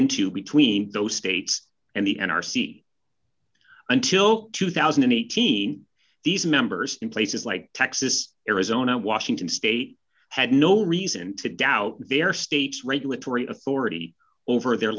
into between those states and the n r c until two thousand and eighteen these members in places like texas arizona washington state had no reason to doubt their state's regulatory authority over their